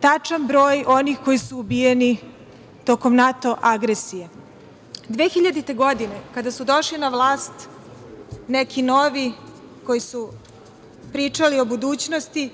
tačan broj onih koji su ubijeni tokom NATO agresije. Godine 2000, kada su došli na vlast neki novi koji su pričali o budućnosti,